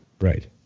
Right